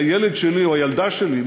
הילד שלי או הילדה שלי,